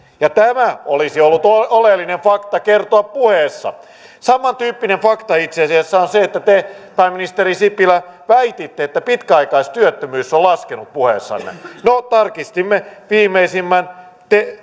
ja tämä olisi ollut oleellinen fakta kertoa puheessa samantyyppinen fakta itse asiassa on se että te pääministeri sipilä väititte puheessanne että pitkäaikaistyöttömyys on laskenut no tarkistimme viimeisimmän